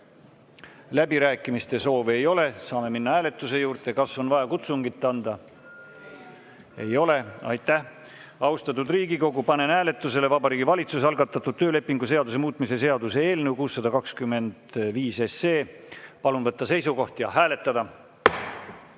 Läbirääkimiste soove ei ole, saame minna hääletuse juurde. Kas on vaja kutsungit anda? Ei ole. Aitäh! Austatud Riigikogu, panen hääletusele Vabariigi Valitsuse algatatud töölepingu seaduse muutmise seaduse eelnõu 625. Palun võtta seisukoht ja hääletada!